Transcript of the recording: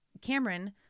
Cameron